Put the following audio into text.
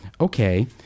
Okay